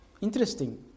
Interesting